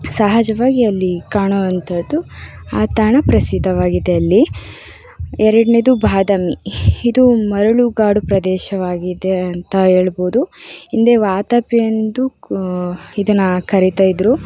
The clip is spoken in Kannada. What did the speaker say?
ಸಹಜವಾಗಿ ಅಲ್ಲಿ ಕಾಣೋವಂಥದ್ದು ಆ ತಾಣ ಪ್ರಸಿದ್ಧವಾಗಿದೆ ಅಲ್ಲಿ ಎರಡನೆಯದು ಬಾದಾಮಿ ಇದು ಮರಳುಗಾಡು ಪ್ರದೇಶವಾಗಿದೆ ಅಂತ ಹೇಳ್ಬೋದು ಹಿಂದೆ ವಾತಾಪಿ ಎಂದು ಇದನ್ನು ಕರೀತಾಯಿದ್ರು